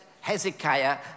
Hezekiah